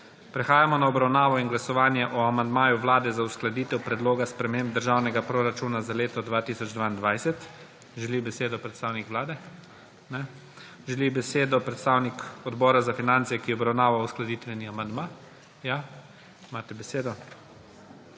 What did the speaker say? Prehajamo na obravnavo in glasovanje o amandmaju vlade za uskladitev Predloga sprememb proračuna Republike Slovenije za leto 2022. Želi besedo predstavnik vlade? Ne. Želi besedo predstavnik Odbora za finance, ki je obravnaval uskladitveni amandma? Da. Imate besedo,